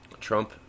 Trump